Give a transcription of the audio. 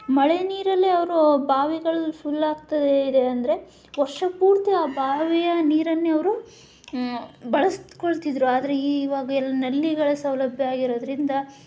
ಮಳೆ ನೀರಲ್ಲೆ ಅವರು ಬಾವಿಗಳು ಫುಲ್ ಆಗ್ತದೆ ಇದೆ ಅಂದರೆ ವರ್ಷ ಪೂರ್ತಿ ಆ ಬಾವಿಯ ನೀರನ್ನೇ ಅವರು ಬಳಸ್ಕೊಳ್ತಿದ್ರು ಆದರೆ ಇವಾಗೆಲ್ಲ ನಲ್ಲಿಗಳ ಸೌಲಭ್ಯ ಆಗಿರೋದರಿಂದ